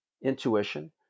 intuition